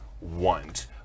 want